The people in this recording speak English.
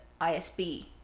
ISB